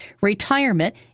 retirement